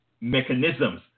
mechanisms